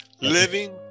living